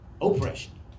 oppression